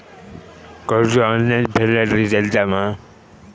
कर्ज ऑनलाइन फेडला तरी चलता मा?